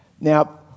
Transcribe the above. Now